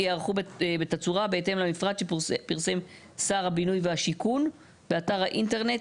ייערכו בתצורה בהתאם למפרט שפרסם שר הבינוי והשיכון באתר האינטרנט.